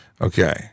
Okay